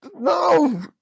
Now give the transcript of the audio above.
no